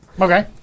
Okay